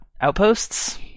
Outposts